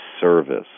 service